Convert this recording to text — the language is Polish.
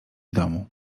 domu